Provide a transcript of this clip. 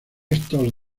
estos